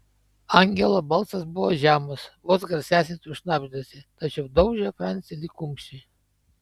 angelo balsas buvo žemas vos garsesnis už šnabždesį tačiau daužė francį lyg kumščiai